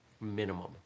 minimum